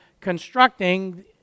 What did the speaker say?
constructing